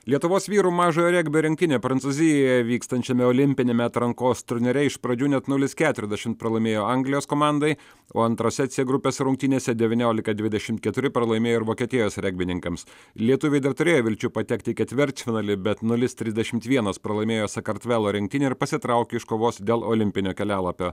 lietuvos vyrų mažojo regbio rinktinė prancūzijoje vykstančiame olimpiniame atrankos turnyre iš pradžių net nulis keturiasdešimt pralaimėjo anglijos komandai o antrose cė grupės rungtynėse devyniolika dvidešimt keturi pralaimėjo ir vokietijos regbininkams lietuviai dar turėjo vilčių patekti į ketvirtfinalį bet nulis trisdešimt vienas pralaimėjo sakartvelo rinktinei ir pasitraukė iš kovos dėl olimpinio kelialapio